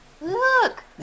Look